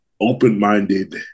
open-minded